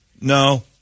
No